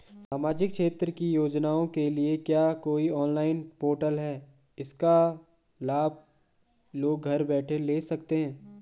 सामाजिक क्षेत्र की योजनाओं के लिए क्या कोई ऑनलाइन पोर्टल है इसका लाभ लोग घर बैठे ले सकते हैं?